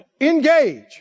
Engage